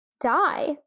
die